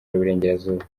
y’uburengerazuba